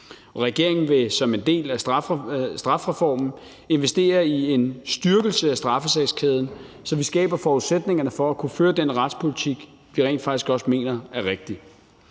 regeringen vil som en del af strafreformen investere i en styrkelse af straffesagskæden, så vi skaber forudsætningerne for at kunne føre den retspolitik, vi rent faktisk også mener er rigtig.